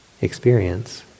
experience